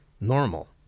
normal